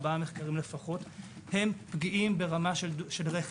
ארבעה מחקרים לפחות פגיעים ברמה של רכב.